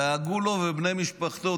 לעגו לו ולבני משפחתו,